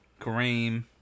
Kareem